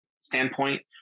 standpoint